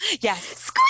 Yes